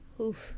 Oof